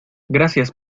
gracias